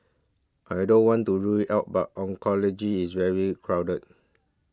I don't want to rule it out but oncology is very crowded